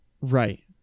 right